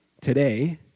today